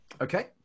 okay